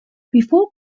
before